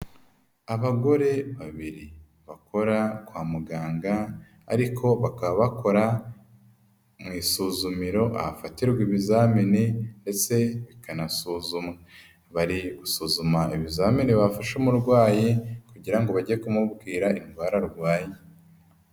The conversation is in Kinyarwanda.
Abagore babiri bakora kwa muganga, ariko bakaba bakora mu isuzumiro ahafatirwa ibizamini ndetse bikanasuzumwa, bari gusuzuma ibizamini bafashe umurwayi kugira ngo bajye kumubwira indwara arwaye.